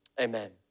Amen